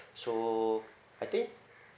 so I think